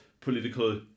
political